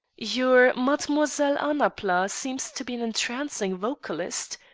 your mademoiselle annapla seems to be an entrancing vocalist,